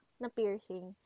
na-piercing